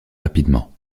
rapidement